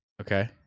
Okay